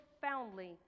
profoundly